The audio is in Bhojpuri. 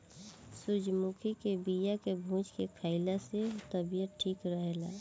सूरजमुखी के बिया के भूंज के खाइला से तबियत ठीक रहेला